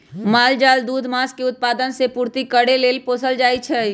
माल जाल दूध, मास के उत्पादन से पूर्ति करे लेल पोसल जाइ छइ